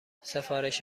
سفارش